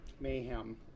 mayhem